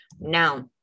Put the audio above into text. Now